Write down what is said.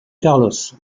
carlos